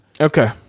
Okay